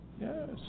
Yes